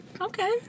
Okay